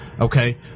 Okay